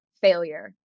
failure